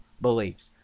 beliefs